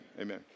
Amen